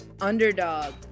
Underdog